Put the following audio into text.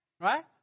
right